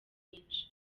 nyinshi